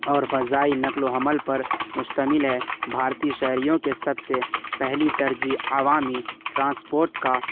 اور فضائی نقل و حمل پر مشتمل ہے بھارتی شہریوں کے سب سے پہلی ترجیح عوامی ٹرانسپوٹ کا